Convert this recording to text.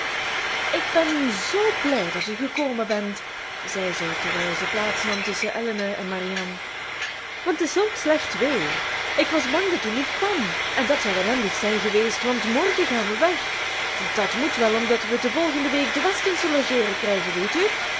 ik ben zoo blij dat u gekomen bent zei ze terwijl ze plaats nam tusschen elinor en marianne want t is zulk slecht weer ik was bang dat u niet kwam en dat zou ellendig zijn geweest want morgen gaan we weg dat moet wel omdat we de volgende week de westons te logeeren krijgen weet u